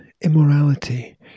immorality